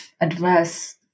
adverse